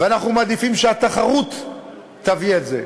ואנחנו מעדיפים שהתחרות תביא את זה,